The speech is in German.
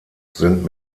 sind